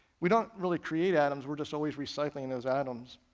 we don't really create atoms, we're just always recycling those atoms.